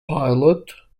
pilot